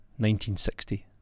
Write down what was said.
1960